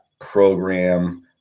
program